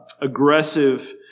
aggressive